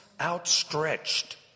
outstretched